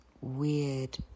weird